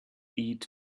eat